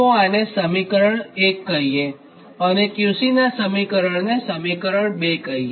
તો આને સમીકરણ 1 કહીએ અને QC નાં સમીકરણને સમીકરણ 2 કહીએ